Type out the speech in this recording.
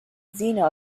zeno